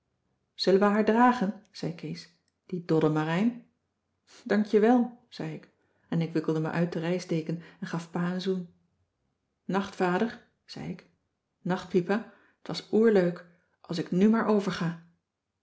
zullen we haar dragen zei kees die doddemarijn dank je wel zei ik en ik wikkelde me uit de reisdeken en gaf pa een zoen nacht vader zei ik nacht pipa t was oer leuk als ik nù maar over